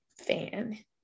fan